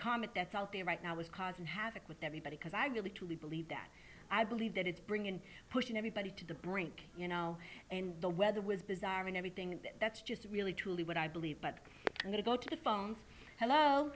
comic death out there right now is causing havoc with everybody because ag really truly believe that i believe that it's bringing pushing everybody to the brink you know and the weather was bizarre and everything and that's just really truly what i believe but i'm going to go to the phone hello